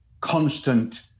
constant